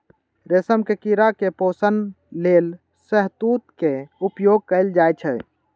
रेशम के कीड़ा के पोषण लेल शहतूत के उपयोग कैल जाइ छै